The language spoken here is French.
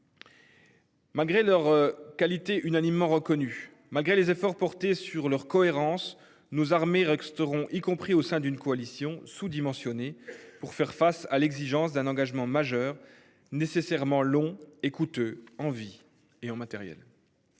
Malgré leurs qualités unanimement reconnues. Malgré les efforts portés sur leur cohérence nous armée resteront y compris au sein d'une coalition sous-dimensionné pour faire face à l'exigence d'un engagement majeur nécessairement long et coûteux en vies et en matériel.